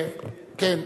טוב.